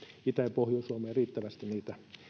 itä ja pohjois suomeen riittävästi